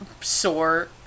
sore